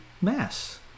mass